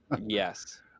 Yes